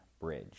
Bridge